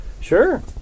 Sure